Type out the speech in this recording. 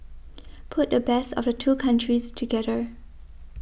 put the best of the two countries together